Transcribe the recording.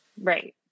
right